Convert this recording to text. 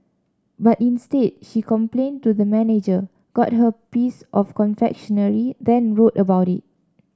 but instead she complained to the manager got her piece of confectionery then wrote about it